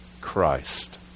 christ